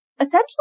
essentially